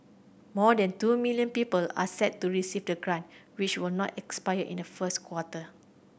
more than two million people are set to receive the grant which will not expire in the first quarter